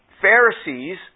Pharisees